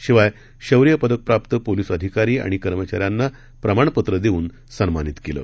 शिवायशौयपदकप्राप्तपोलीसअधिकारीआणिकर्मचाऱ्यांनाप्रमाणपत्रंदेऊनसन्मानितकेलं